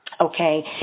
Okay